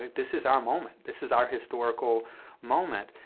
this is our moment. this is our historical moment.